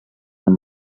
amb